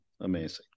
Amazing